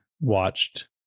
watched